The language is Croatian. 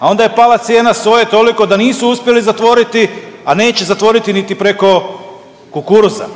a onda je pala cijena soje toliko da nisu uspjeli zatvoriti, a neće zatvoriti niti preko kukuruza.